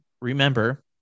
remember